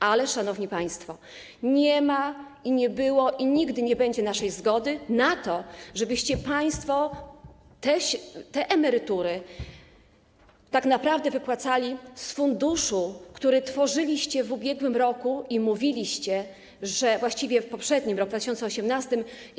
Ale, szanowni państwo, nie ma, nie było i nigdy nie będzie naszej zgody na to, żebyście państwo te emerytury tak naprawdę wypłacali z funduszu, który tworzyliście w ubiegłym roku, właściwie w poprzednim roku, w 2018.